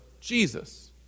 Jesus